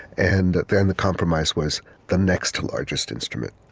and then the compromise was the next largest instrument,